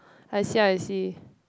I see I see